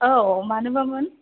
औ मानोबामोन